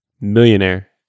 millionaire